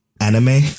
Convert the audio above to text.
anime